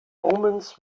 omens